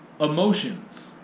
emotions